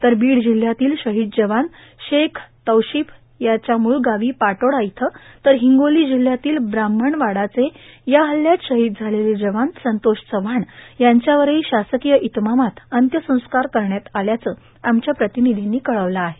तर बीड जिल्ह्यातील शहीद जवान शेख तौशिफ यांच्या मुळ गावी पाटोदा इथं तर हिंगोली जिल्ह्यातील ब्राम्हणवाडाचे या हल्ल्यात शहीद झालेले जवान संतोष चव्हाण यांच्यावरही शासकीय इतमातात अंत्यसंस्कार करण्यात आल्याचं आमच्या प्रतिनिधीनं कळवलं आहे